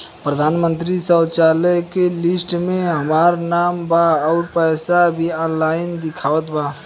प्रधानमंत्री शौचालय के लिस्ट में हमार नाम बा अउर पैसा भी ऑनलाइन दिखावत बा